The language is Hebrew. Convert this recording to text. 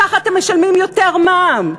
ככה אתם משלמים יותר מע"מ,